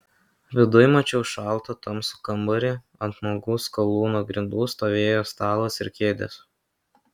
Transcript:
viduj mačiau šaltą tamsų kambarį ant nuogų skalūno grindų stovėjo stalas ir kėdės